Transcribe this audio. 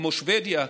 כמו שבדיה,